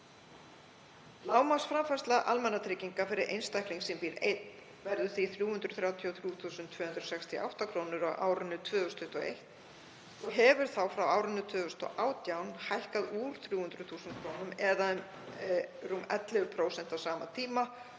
Lágmarksframfærsla almannatrygginga fyrir einstakling sem býr einn verður því 333.268 kr. á árinu 2021 og hefur þá frá árinu 2018 hækkað úr 300.000 kr. eða um rúm 11% á sama tíma